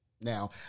Now